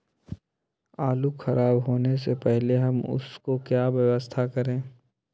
आलू खराब होने से पहले हम उसको क्या व्यवस्था करें?